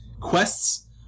quests